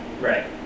Right